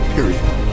Period